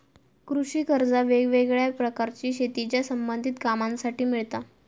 कृषि कर्जा वेगवेगळ्या प्रकारची शेतीच्या संबधित कामांसाठी मिळता